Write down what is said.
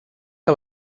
que